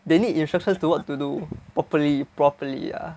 they need instructions to work to do properly properly ah